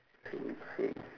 say you say